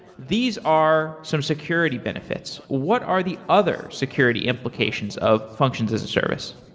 these are some security benefits. what are the other security implications of functions as a service?